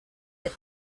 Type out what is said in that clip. that